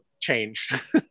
change